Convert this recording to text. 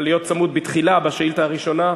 אבל, להיות צמוד בתחילה לשאילתה הראשונה,